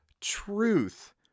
truth